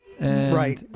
right